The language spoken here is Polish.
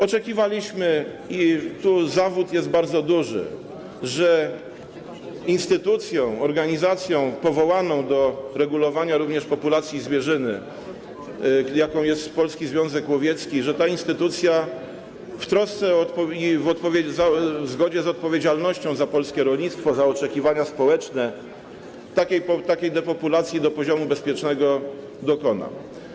Oczekiwaliśmy - i tu zawód jest bardzo duży - że instytucja, organizacja powołana do regulowania również populacji zwierzyny, jaką jest Polski Związek Łowiecki, że ta instytucja w trosce i w zgodzie z odpowiedzialnością za polskie rolnictwo, za oczekiwania społeczne takiej depopulacji do poziomu bezpiecznego dokona.